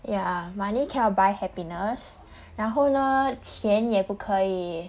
ya money cannot buy happiness 然后呢钱也不可以